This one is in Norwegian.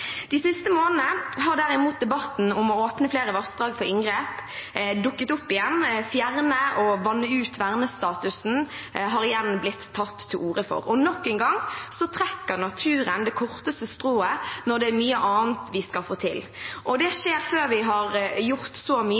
De siste månedene har derimot debatten om å åpne flere vassdrag for inngrep dukket opp igjen, å fjerne og vanne ut vernestatusen har igjen blitt tatt til orde for. Nok en gang trekker naturen det korteste strået når det er mye annet vi skal få til, og det skjer før vi har gjort så mye